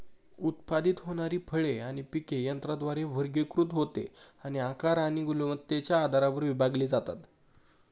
उत्पादित होणारी फळे आणि पिके यंत्राद्वारे वर्गीकृत होते आणि आकार आणि गुणवत्तेच्या आधारावर विभागली जातात